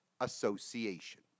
association